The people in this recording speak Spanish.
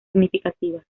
significativas